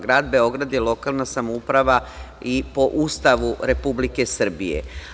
Grad Beograd je lokalna samouprava i po Ustavu Republike Srbije.